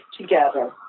together